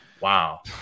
Wow